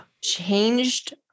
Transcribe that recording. changed